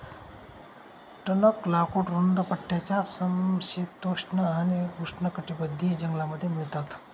टणक लाकूड रुंद पट्ट्याच्या समशीतोष्ण आणि उष्णकटिबंधीय जंगलांमध्ये मिळतात